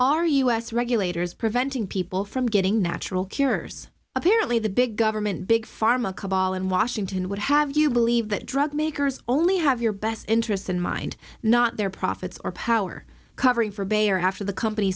s regulators preventing people from getting natural cures apparently the big government big pharma cup all in washington would have you believe that drug makers only have your best interests in mind not their profits or power covering for bayer after the company